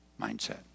mindset